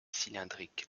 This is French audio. cylindrique